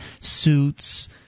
suits